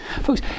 Folks